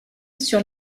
sur